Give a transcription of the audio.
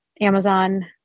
Amazon